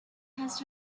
has